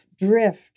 drift